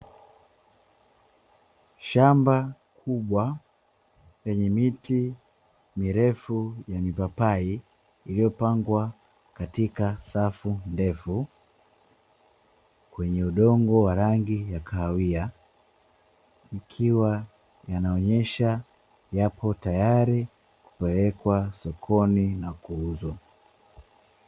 Shamba kubwa lenye miti mirefu ya mipapai iliyopangwa katika safu ndefu, kwenye udongo wa rangi ya kahawia, ikiwa yanaonyesha yapo tayari kupelekwa sokoni na kuuzwa.